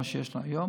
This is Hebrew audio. מה שיש לנו היום